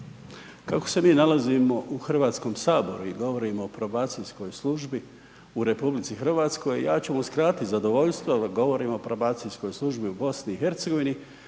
Kako se mi nalazimo u Hrvatskom saboru i govorimo o Probacijskoj službi u RH, ja ću vam uskratiti zadovoljstvo da govorimo o probacijskoj službi u BiH, vi